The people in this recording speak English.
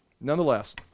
Nonetheless